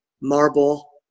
marble